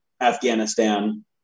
Afghanistan